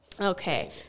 Okay